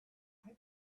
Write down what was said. have